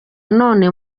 none